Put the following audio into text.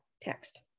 text